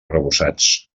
arrebossats